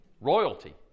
royalty